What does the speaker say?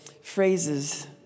phrases